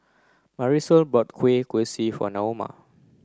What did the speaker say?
Marisol bought Kueh Kosui for Naoma